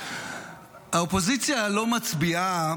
האופוזיציה לא מצביעה